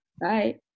Bye